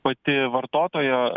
pati vartotojo